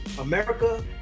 America